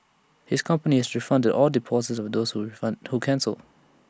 his company has refunded all deposits of those who refund who cancelled